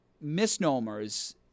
misnomers